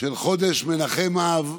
של חודש מנחם אב,